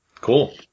Cool